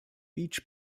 each